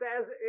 says